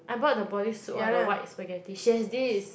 I bought the bodysuit or the white spaghetti she has this